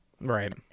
Right